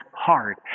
hard